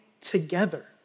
together